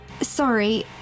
Sorry